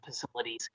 facilities